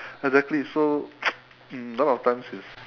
exactly so um now our times is